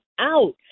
out